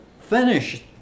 finish